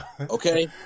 Okay